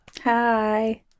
Hi